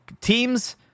teams